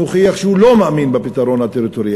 הוא מוכיח שהוא לא מאמין בפתרון הטריטוריאלי.